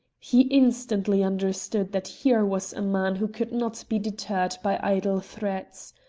he instantly understood that here was a man who could not be deterred by idle threats.